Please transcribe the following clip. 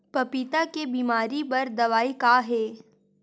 पपीता के बीमारी बर दवाई का हे?